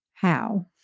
how?